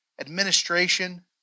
administration